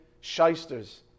shysters